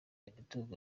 imitungo